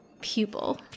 pupil